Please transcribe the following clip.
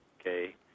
okay